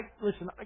listen